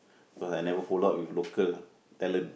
cause I never follow up with local talent